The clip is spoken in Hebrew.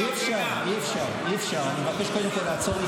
מה עוד